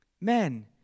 Men